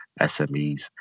SMEs